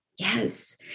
Yes